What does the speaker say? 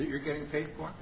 you're getting paid for